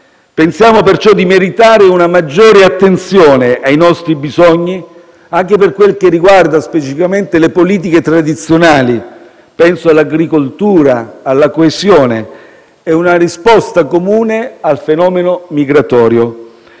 Pensiamo perciò di meritare una maggiore attenzione ai nostri bisogni anche per quel che riguarda specificamente le politiche tradizionali - penso all'agricoltura, alla coesione - e una risposta comune al fenomeno migratorio.